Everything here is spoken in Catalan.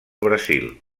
brasil